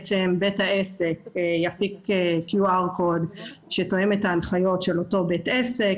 בית העסק יפיק קוד QR שתואם את ההנחיות של אותו בית עסק,